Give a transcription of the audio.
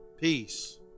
Peace